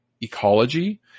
Ecology